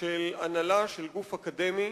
של הנהלה של גוף אקדמי,